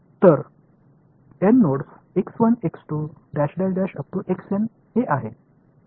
எனவே இது N 1 வரிசையைக் கொண்டுள்ளது மற்றும் கொடுக்கப்பட்ட nodesநோட்ஸ்களில் செயல்பாட்டின் மதிப்பை இது ஏற்றுக்கொள்கிறதா